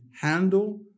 handle